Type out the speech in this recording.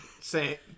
Say